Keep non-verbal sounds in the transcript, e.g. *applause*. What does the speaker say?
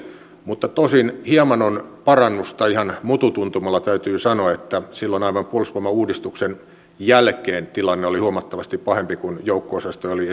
mutta hieman on tosin parannusta ihan mututuntumalla täytyy sanoa että silloin aivan puolustusvoimauudistuksen jälkeen tilanne oli huomattavasti pahempi kun joukko osastoja oli *unintelligible*